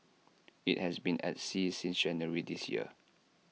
IT has been at sea since January this year